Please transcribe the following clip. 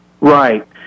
Right